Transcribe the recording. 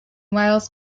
wales